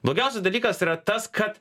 blogiausias dalykas yra tas kad